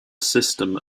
system